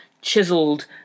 chiselled